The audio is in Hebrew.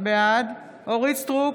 בעד אורית מלכה סטרוק,